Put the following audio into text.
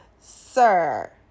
sir